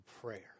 prayer